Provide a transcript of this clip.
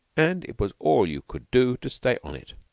and it was all you could do to stay on it.